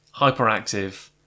hyperactive